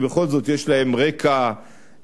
כי בכל זאת יש להם רקע ביטחוני.